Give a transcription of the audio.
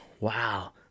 Wow